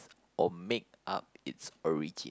or make up it's origin